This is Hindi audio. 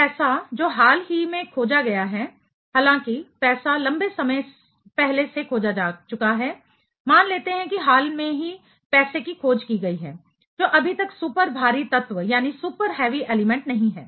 पैसा जो हाल ही में खोजा गया है हालांकि पैसा लंबे समय पहले से खोजा जा चुका है मान लेते हैं कि हाल ही में पैसे की खोज की गई है जो अभी तक सुपर भारी तत्व नहीं है